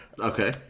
Okay